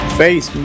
face